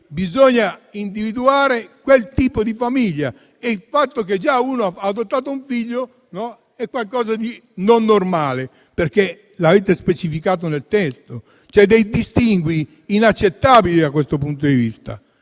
bisogna individuare quel tipo di famiglia e già il fatto di aver adottato un figlio è qualcosa di anormale, perché l'avete specificato nel testo, con dei distinguo inaccettabili da questo punto di vista.